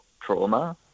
trauma